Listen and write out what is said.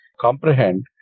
comprehend